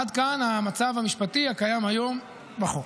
עד כאן המצב המשפטי הקיים היום בחוק.